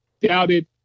Doubted